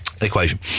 equation